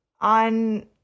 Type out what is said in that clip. on